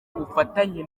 bufatanye